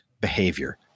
behavior